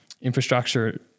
infrastructure